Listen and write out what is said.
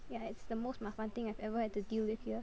ya it's the most 麻烦 thing I've ever had to deal with here